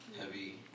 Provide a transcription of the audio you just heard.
Heavy